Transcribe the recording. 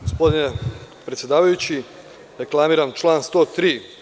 Gospodine predsedavajući, reklamiram član 103.